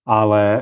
ale